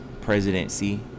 presidency